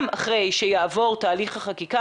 גם אחרי שיעבור תהליך החקיקה,